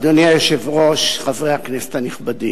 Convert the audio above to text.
אדוני היושב-ראש, חברי הכנסת הנכבדים,